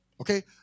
Okay